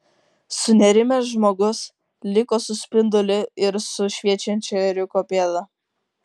sunerimęs žmogus liko su spinduliu ir su šviečiančia ėriuko pėda